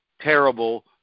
terrible